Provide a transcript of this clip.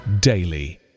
daily